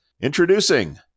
Introducing